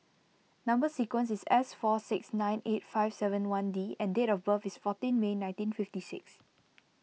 Number Sequence is S four six nine eight five seven one D and date of birth is fourteen May nineteen fifty six